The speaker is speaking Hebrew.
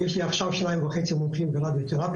יש לי עכשיו שניים וחצי מומחים ברדיותרפיה,